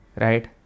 Right